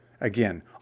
Again